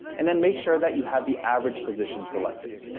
and then make sure that you have the average position selected.